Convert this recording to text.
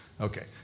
Okay